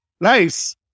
nice